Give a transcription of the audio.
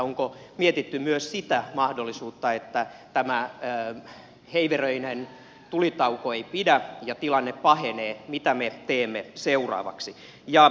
onko mietitty myös sitä mahdollisuutta että tämä heiveröinen tulitauko ei pidä ja tilanne pahenee mitä me teemme seuraavaksi